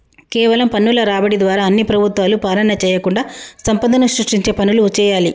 కేవలం పన్నుల రాబడి ద్వారా అన్ని ప్రభుత్వాలు పాలన చేయకుండా సంపదను సృష్టించే పనులు చేయాలి